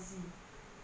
~cy